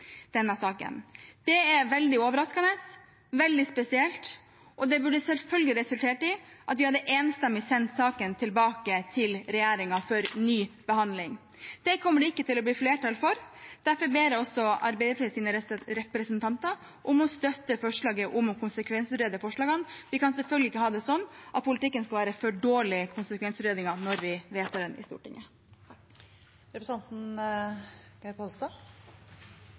denne saken. Det er veldig overraskende, veldig spesielt, og det burde selvfølgelig resultert i at vi enstemmig hadde sendt saken tilbake til regjeringen for ny behandling. Det kommer det ikke til å bli flertall for. Derfor ber jeg også Arbeiderpartiets representanter om å støtte forslaget om å konsekvensutrede forslagene. Vi kan selvfølgelig ikke ha det sånn at politikken skal være for dårlig konsekvensutredet når vi vedtar den i Stortinget. Representanten Geir Pollestad